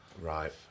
Right